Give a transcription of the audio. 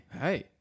Hey